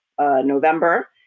November